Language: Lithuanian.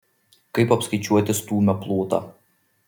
kaip apskaičiuoti stūmio plotą